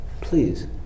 Please